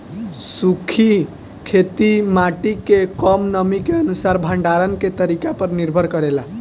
सूखी खेती माटी के कम नमी के अनुसार भंडारण के तरीका पर निर्भर करेला